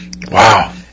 Wow